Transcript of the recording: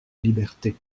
liberté